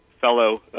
fellow